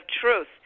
Truth